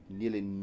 nearly